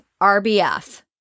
RBF